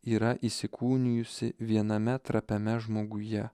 yra įsikūnijusi viename trapiame žmoguje